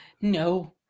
no